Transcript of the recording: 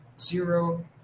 zero